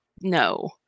no